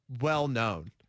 well-known